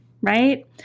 right